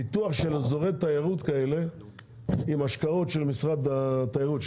פיתוח של אזורי תיירות כאלה עם השקעות של משרד התיירות,